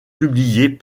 publiées